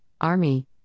Army